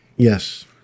Yes